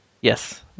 Yes